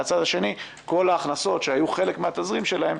מהצד השני, כל ההכנסות שהיו חלק מהתזרים שלהם